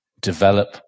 develop